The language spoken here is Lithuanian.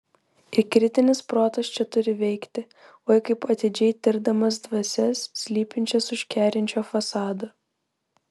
ir kritinis protas čia turi veikti oi kaip atidžiai tirdamas dvasias slypinčias už kerinčio fasado